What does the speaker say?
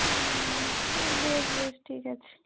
হুম হুম বেশ বেশ ঠিক আছে